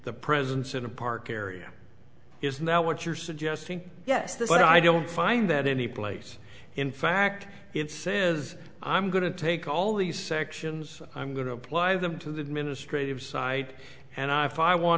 the presence in a park area isn't that what you're suggesting yes this what i don't find that any place in fact it says i'm going to take all these sections i'm going to apply them to the administrative side and i file want